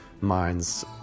minds